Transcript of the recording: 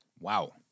Wow